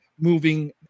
moving